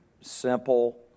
simple